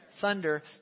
Thunder